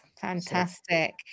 fantastic